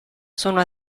sono